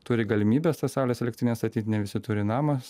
turi galimybes tas saulės elektrines statyt ne visi turi namą